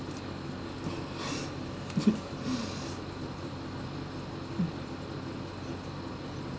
mm